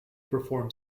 perform